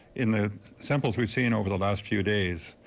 in the samples we've seen over the last few days,